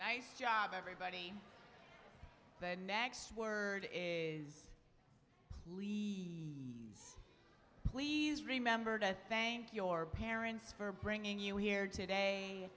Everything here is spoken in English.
nice job everybody the next word is leave please remember to thank your parents for bringing you here today